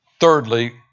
Thirdly